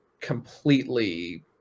completely